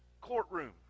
courtroom